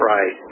Right